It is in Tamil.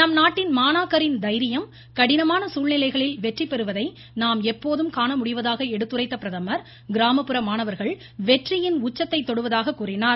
நம் நாட்டின் மாணாக்கரின் தைரியம் கடினமான சூழ்நிலைகளில் வெற்றி பெறுவதை நாம் எப்போதும் காணமுடிவதாக எடுத்துரைத்த பிரதமா் கிராமப்புற மாணவர்கள் வெற்றியின் உச்சத்தை தொடுவதாக கூறினார்